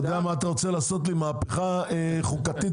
אתה רוצה לעשות מהפכה חוקתית